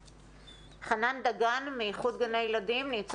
חנן דגן מאיחוד גני הילדים נמצא